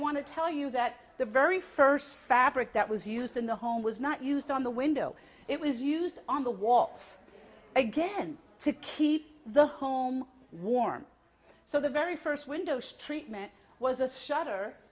want to tell you that the very first fabric that was used in the home was not used on the window it was used on the walls again to keep the home warm so the very first windows treatment was a shut